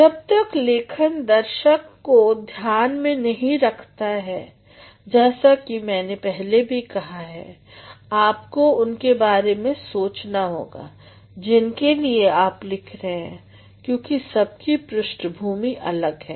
जब तक लेखन दर्शक को ध्यान में नहीं रखता है जैसा कि मैने पहले भी कहा है आपको उनके बारे में सोचना होगा जिनके लिए आप लिख रहे हो क्योंकि सब की पृष्ठभूमि अलग होगी